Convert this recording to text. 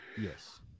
Yes